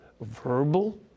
verbal